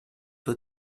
toi